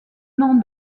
nom